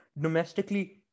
domestically